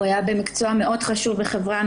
הוא היה במקצוע חשוב מאוד לחברה,